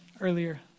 earlier